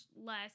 less